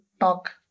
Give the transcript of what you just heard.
talk